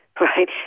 right